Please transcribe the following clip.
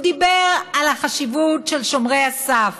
הוא דיבר על החשיבות של שומרי הסף